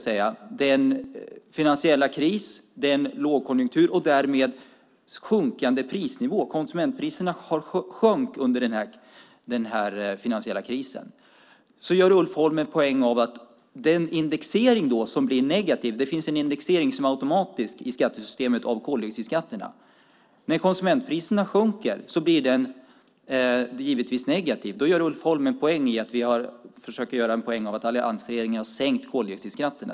Ulf Holm har i debatten försökt göra poäng av att indexeringen blir negativ på grund av den finansiella krisen, lågkonjunkturen och de därmed sjunkande prisnivåerna; konsumentpriserna har sjunkit under den finansiella krisen. När konsumentpriserna sjunker blir den givetvis negativ. Då gör Ulf Holm gällande att alliansregeringen försökt göra poäng av att inte ha sänkt koldioxidskatterna.